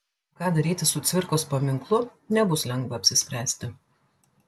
ką daryti su cvirkos paminklu nebus lengva apsispręsti